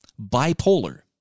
bipolar